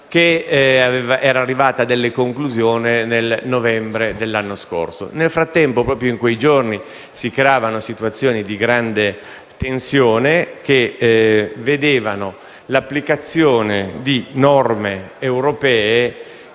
che era arrivata a delle conclusioni nel novembre dell'anno scorso. Nel frattempo, proprio in quei giorni, si creavano situazioni di grande tensione, che vedevano l'applicazione di norme europee,